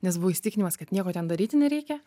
nes buvo įsitikinimas kad nieko ten daryti nereikia